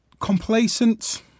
Complacent